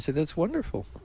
so that's wonderful.